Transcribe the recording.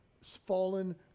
fallen